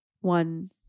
one